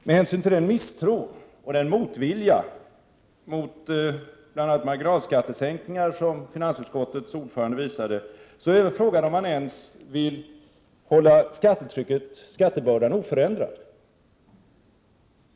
Med hänsyn till den misstro och den ovilja mot bl.a. marginalskattesänkningar som finansutskottets ordförande visade är frågan om han ens vill hålla skattebördan oförändrad.